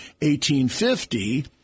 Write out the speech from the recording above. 1850